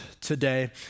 today